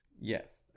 Yes